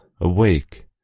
awake